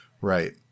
Right